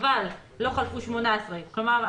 "אבל לא חלפו 18". כלומר,